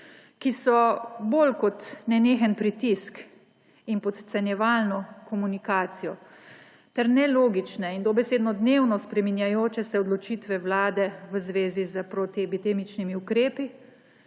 ki so bolj kot nenehen pritisk in podcenjevalno komunikacijo ter nelogične in dobesedno dnevno spreminjajoče se odločitve vlade v zvezi s proti epidemičnimi ukrepi